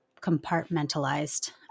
compartmentalized